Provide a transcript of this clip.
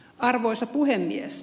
arvoisa puhemies